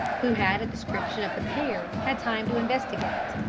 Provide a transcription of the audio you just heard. who had a description of the pair, had time to investigate.